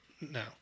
No